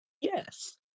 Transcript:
Yes